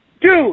Dude